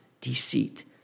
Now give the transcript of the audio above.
deceit